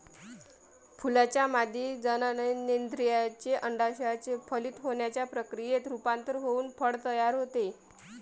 फुलाच्या मादी जननेंद्रियाचे, अंडाशयाचे फलित होण्याच्या प्रक्रियेत रूपांतर होऊन फळ तयार होते